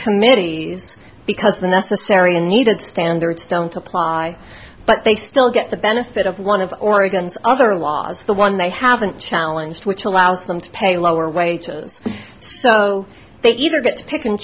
committee because the necessary and needed standards don't apply but they still get the benefit of one of oregon's other laws the one they haven't challenged which allows them to pay lower wages so they either get to pick and